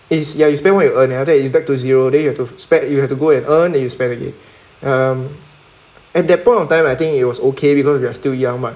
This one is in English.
it's ya it's you spend what you earn after that it back to zero then you have to you have to go to earn and you spend again um at that point of time I think it was okay because we are still young but